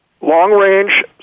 long-range